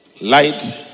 Light